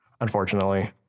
unfortunately